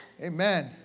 Amen